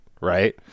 right